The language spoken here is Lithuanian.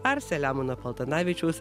ar selemono paltanavičiaus